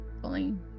pulling